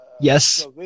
yes